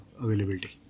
availability